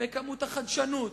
בכמות החדשנות.